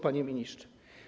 Panie Ministrze!